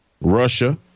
Russia